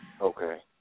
Okay